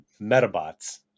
metabots